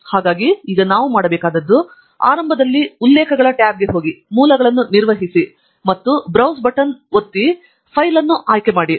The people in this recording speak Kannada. ಹಾಗಾಗಿ ಈಗ ನಾವು ಮಾಡಬೇಕಾದದ್ದು ಆರಂಭದಲ್ಲಿ ನಾವು ಉಲ್ಲೇಖಗಳ ಟ್ಯಾಬ್ಗೆ ಹೋಗಿ ಮೂಲಗಳನ್ನು ನಿರ್ವಹಿಸಿ ಮತ್ತು ಬ್ರೌಸ್ ಬಟನ್ ಒತ್ತಿ ಮಾಡಿ ಫೈಲ್ ಅನ್ನು ಆಯ್ಕೆಮಾಡಿ